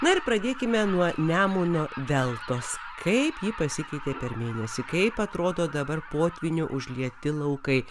na ir pradėkime nuo nemuno deltos kaip ji pasikeitė per mėnesį kaip atrodo dabar potvynio užlieti laukai